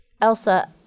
Elsa